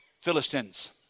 Philistines